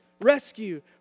rescue